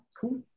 Cool